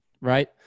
Right